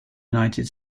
united